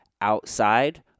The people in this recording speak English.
outside